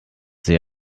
sehr